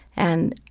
and